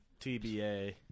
TBA